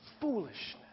foolishness